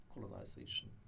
colonization